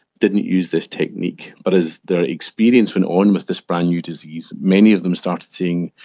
didn't use this technique, but as their experience went on with this brand-new disease, many of them started saying,